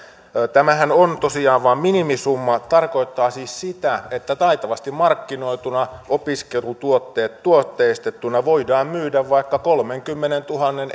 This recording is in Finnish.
tämähän on tosiaan vain minimisumma tarkoittaa siis sitä että taitavasti markkinoituna opiskelutuotteet tuotteistettuna voidaan myydä vaikka kolmenkymmenentuhannen